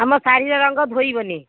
ଆମ ଶାଢ଼ୀର ରଙ୍ଗ ଧୋଇବନି